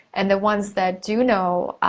and the ones that do know,